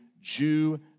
Jew